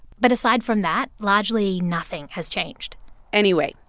but aside from that, largely nothing has changed anyway,